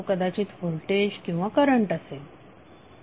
तो कदाचित व्होल्टेज किंवा करंट असेल का